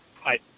Hi